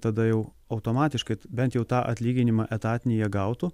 tada jau automatiškai bent jau tą atlyginimą etatinį jie gautų